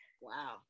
wow